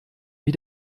wie